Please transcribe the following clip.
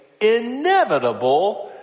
inevitable